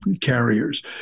carriers